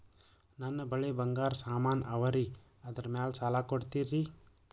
ನನ್ನ ಬಳಿ ಬಂಗಾರ ಸಾಮಾನ ಅವರಿ ಅದರ ಮ್ಯಾಲ ಸಾಲ ಕೊಡ್ತೀರಿ?